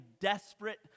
desperate